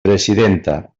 presidenta